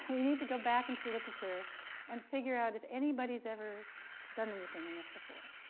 we need to go back into the literature and figure out if anybody's ever done anything in this before.